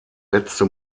letzte